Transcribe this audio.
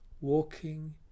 walking